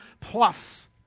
plus